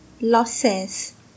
losses